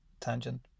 tangent